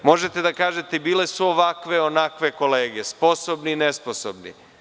Možete da kažete – bile su ovakve, onakve, kolege, sposobni i nesposobni.